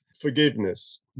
forgiveness